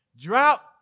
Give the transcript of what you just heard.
Drought